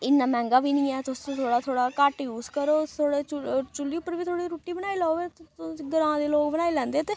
इन्ना मैंह्गा बी निं ऐ तुस थोह्ड़ा थोह्ड़ा घट्ट यूज करो थोह्ड़ा चु'ल्ल चु'ल्ली उप्पर बी थोह्ड़ी रुट्टी बनाई लेऔ करो तुस ग्रां दे लोक बनाई लैंदे ते